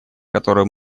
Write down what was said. которую